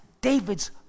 David's